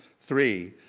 three,